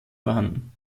vorhanden